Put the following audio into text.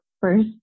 first